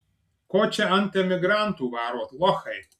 ko čia ant emigrantų varot lochai